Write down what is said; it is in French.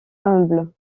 humble